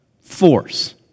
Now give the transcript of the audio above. Force